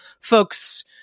folks